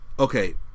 Okay